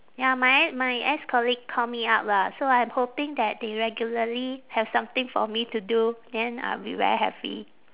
ya my e~ my ex-colleague call me up lah so I'm hoping that they regularly have something for me to do then I'll be very happy